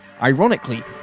Ironically